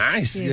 Nice